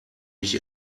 mich